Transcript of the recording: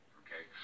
okay